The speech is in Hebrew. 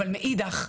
אבל מאידך,